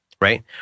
right